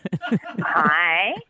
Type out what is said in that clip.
hi